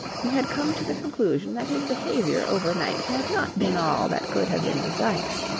he had come to the conclusion that his behaviour overnight had not been all that could have been desired.